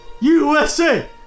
USA